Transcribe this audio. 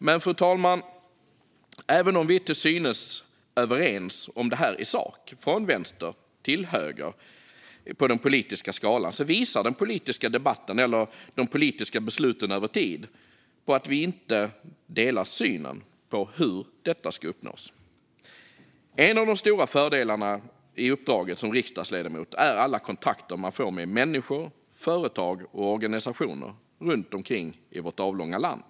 Men, fru talman, även om vi till synes är överens om detta i sak, från vänster till höger på den politiska skalan, visar den politiska debatten och de politiska besluten över tid på att vi inte har samma syn på hur det ska uppnås. En av de stora fördelarna i uppdraget som riksdagsledamot är alla kontakter man får med människor, företag och organisationer runt omkring i vårt avlånga land.